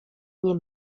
nie